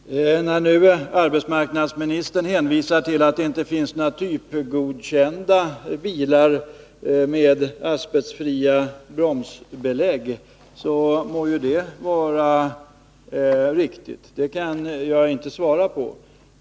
Herr talman! När nu arbetsmarknadsministern hänvisar till att det inte finns några typgodkända bilar med asbestfria bromsbelägg må det vara riktigt — det kan jag inte svara på.